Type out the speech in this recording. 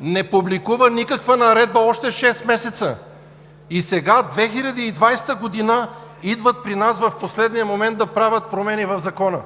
не публикува никаква наредба още шест месеца и сега – 2020 г., идват при нас в последния момент да правят промени в Закона.